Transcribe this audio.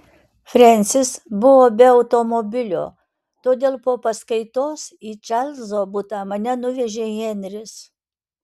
frensis buvo be automobilio todėl po paskaitos į čarlzo butą mane nuvežė henris